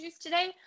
today